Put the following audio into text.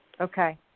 Okay